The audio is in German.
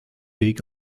weg